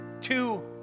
Two